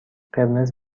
قرمز